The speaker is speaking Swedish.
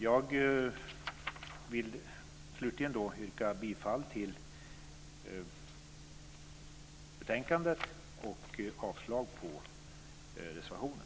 Jag vill till slut yrka bifall till utskottets förslag och avslag på reservationen.